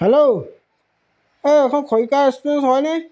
hello এই এখন খৰিকা ৰেষ্টুৰেণ্ট হয়নে